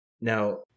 now